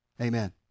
Amen